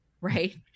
right